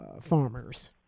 farmers